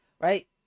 Right